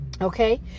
Okay